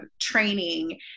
training